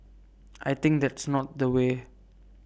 I think that's not the way